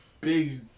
big